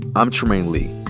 i'm trymaine lee.